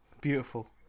Beautiful